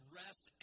rest